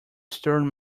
stern